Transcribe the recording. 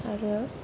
आरो